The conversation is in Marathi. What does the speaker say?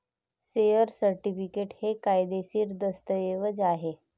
शेअर सर्टिफिकेट हे कायदेशीर दस्तऐवज आहे